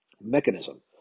mechanism